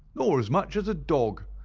nor as much as a dog.